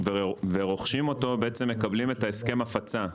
ורוכשים אותו בעצם מקבלים את ההסכם הפצה.